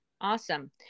Awesome